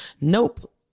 Nope